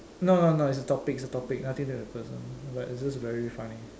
no no no it's a topic it's a topic nothing to the person but it's just very funny